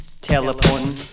teleporting